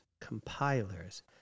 compilers